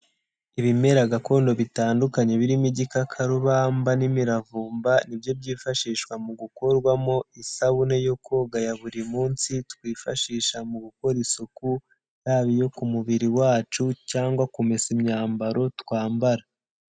Ibimera gakondo bitandukanye birimo igikakarubamba n'imiravumba, ni byo byifashishwa mu gukorwamo isabune yo koga ya buri munsi, twifashisha mu gukora isuku, yaba iyo ku mubiri wacu cyangwa kumesa imyambaro twambara.